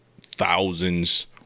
thousands